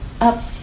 up